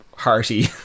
hearty